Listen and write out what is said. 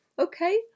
Okay